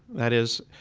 that is,